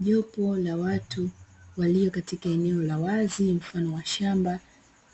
Jopo la watu walio katika eneo la wazi mfano wa shamba